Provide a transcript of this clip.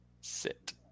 sit